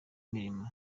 imirimo